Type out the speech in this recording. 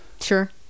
sure